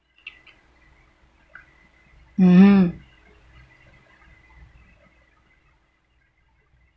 mm